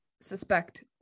suspect